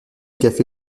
café